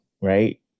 right